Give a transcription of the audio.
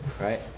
Right